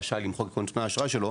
רשאי למחוק את נתוני האשראי שלו,